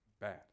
bad